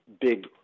big